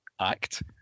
act